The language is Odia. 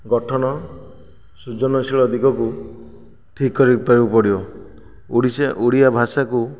ଗଠନ ସୃଜନଶୀଳ ଦିଗକୁ ଠିକ୍ କରିବାକୁ ପଡ଼ିବ ଓଡ଼ିଶା ଓଡ଼ିଆ ଭାଷାକୁ